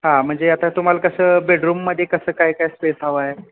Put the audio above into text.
हां म्हणजे आता तुम्हाला कसं बेडरूममध्ये कसं काय काय स्पेस हवं आहे